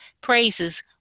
praises